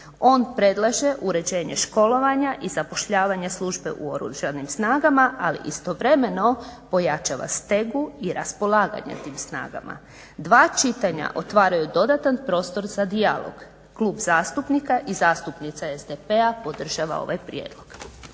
On predlaže uređenje školovanja i zapošljavanje službe u Oružanim snagama, ali istovremeno pojačava stegu i raspolaganje u tim snagama. Dva čitanja otvaraju dodatan prostor za dijalog. Klub zastupnika i zastupnica SDP-a podržava ovaj prijedlog.